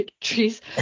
trees